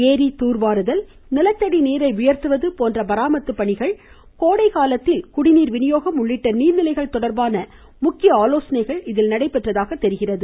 ஏரி தூர்வாருதல் நிலத்தடி நீரை உயர்த்துவது போன்ற மராமத்து பணிகள் கோடை காலத்தில் குடிநீர் வினியோகம் உள்ளிட்ட நீர்நிலைகள் தொடர்பான முக்கிய ஆலோசனைகள் நடைபெற்றதாக தெரிகிறது